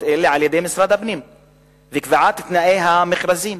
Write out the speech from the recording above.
אלה על-ידי משרד הפנים וקביעת תנאי המכרזים